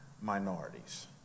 minorities